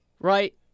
right